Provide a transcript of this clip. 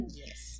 yes